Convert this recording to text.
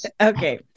Okay